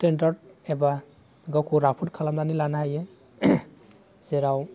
standard एबा गावखौ राफोद खालामनानै लानो हायो जेराव